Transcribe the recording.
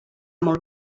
molt